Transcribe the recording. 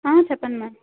చెప్పండి మ్యామ్